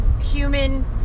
human